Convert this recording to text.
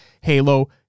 Halo